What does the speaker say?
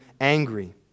angry